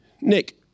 Nick